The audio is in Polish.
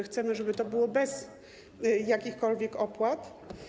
Chcemy, żeby to było bez jakichkolwiek opłat.